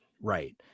right